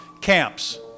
camps